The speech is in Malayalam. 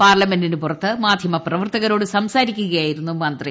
പാർലമെന്റിന് പുറത്ത് മാധ്യമപ്രവർത്തകരോട് സംസാരിക്കുകയായിരുന്നു മന്ത്രി